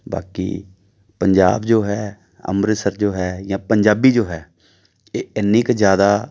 ਬਾਕੀ ਪੰਜਾਬ ਜੋ ਹੈ ਅੰਮ੍ਰਿਤਸਰ ਜੋ ਹੈ ਜਾਂ ਪੰਜਾਬੀ ਜੋ ਹੈ ਇਹ ਇੰਨੀ ਕੁ ਜ਼ਿਆਦਾ